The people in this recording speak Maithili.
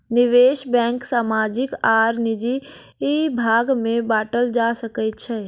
निवेश बैंक सामाजिक आर निजी भाग में बाटल जा सकै छै